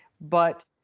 But-